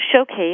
showcase